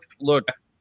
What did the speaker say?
look